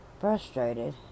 frustrated